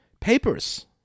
papers